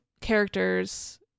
characters